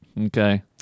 Okay